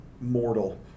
mortal